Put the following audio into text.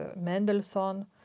mendelssohn